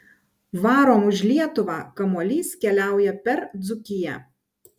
varom už lietuvą kamuolys keliauja per dzūkiją